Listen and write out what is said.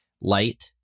light